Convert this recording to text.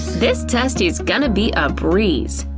this test is gonna be a breeze!